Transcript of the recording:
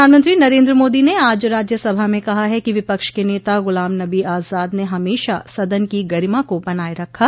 प्रधानमंत्री नरेन्द्र मोदी ने आज राज्यसभा में कहा है कि विपक्ष के नेता गुलाम नबी आजाद ने हमेशा सदन की गरिमा को बनाए रखा